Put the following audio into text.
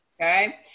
okay